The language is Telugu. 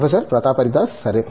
ప్రొఫెసర్ ప్రతాప్ హరిదాస్ సరే